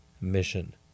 mission